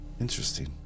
Interesting